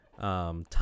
time